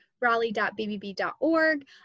raleigh.bbb.org